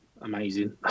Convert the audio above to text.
amazing